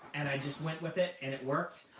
and i just went with it, and it worked.